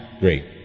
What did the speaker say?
Great